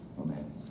Amen